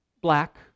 black